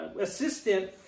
assistant